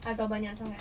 atau banyak sangat